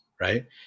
right